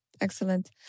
Excellent